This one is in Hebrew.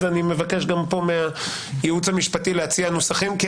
אז אני מבקש גם פה מהייעוץ המשפטי להציע נוסחים.